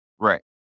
Right